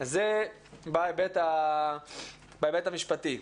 זה בהיבט המשפטי.